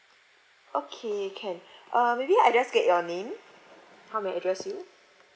okay can uh maybe I just get your name how may I address you